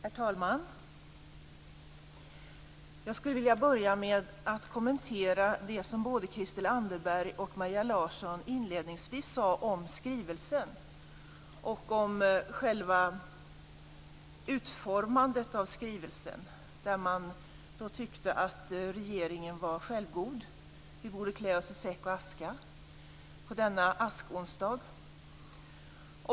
Herr talman! Jag skulle vilja börja med att kommentera det som både Christel Anderberg och Maria Larsson sade inledningsvis om skrivelsen och om själva utformandet av skrivelsen. Man tyckte att regeringen var självgod och att vi borde klä oss i säck och aska på denna askonsdag.